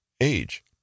age